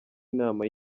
inama